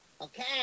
Okay